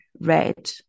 red